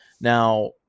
Now